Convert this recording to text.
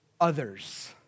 others